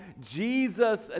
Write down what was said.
Jesus